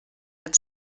had